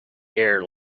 air